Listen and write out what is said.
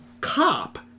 cop